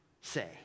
say